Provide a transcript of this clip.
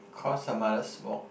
cause her mother smoke